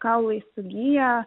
kaulai sugyja